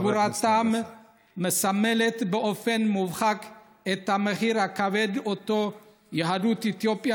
גבורתם מסמלת באופן מובהק את המחיר הכבד שיהדות אתיופיה